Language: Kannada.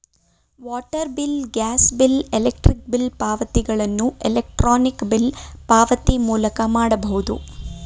water bill, gas bill, electric bill ಪಾವತಿಗಳನ್ನು ಎಲೆಕ್ರಾನಿಕ್ ಬಿಲ್ ಪಾವತಿ ಮೂಲಕ ಮಾಡಬಹುದು